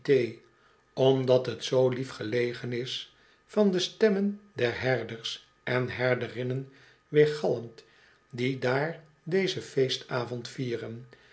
omdat het zoo lief gelegen is van de stemmen der herders en herderinnen weergalmt die daar dezen feestavond vieren